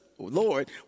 Lord